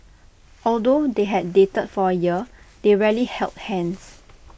although they had dated for A year they rarely held hands